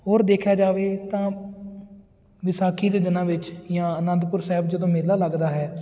ਹੋਰ ਦੇਖਿਆ ਜਾਵੇ ਤਾਂ ਵਿਸਾਖੀ ਦੇ ਦਿਨਾਂ ਵਿੱਚ ਜਾਂ ਆਨੰਦਪੁਰ ਸਾਹਿਬ ਜਦੋਂ ਮੇਲਾ ਲੱਗਦਾ ਹੈ